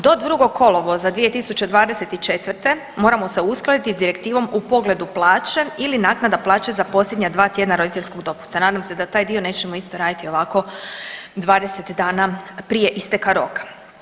Do 2. kolovoza 2024. moramo se uskladiti s direktivom u pogledu plaće ili naknada plaće za posljednja dva tjedna roditeljskog dopusta, nadam se da taj dio nećemo isto raditi ovako 20 dana prije isteka roka.